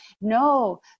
no